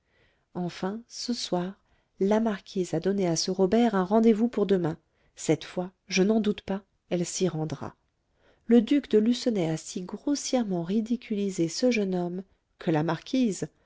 enfin ce soir la marquise a donné à ce robert un rendez-vous pour demain cette fois je n'en doute pas elle s'y rendra le duc de lucenay a si grossièrement ridiculisé ce jeune homme que la marquise